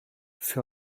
für